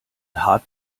hart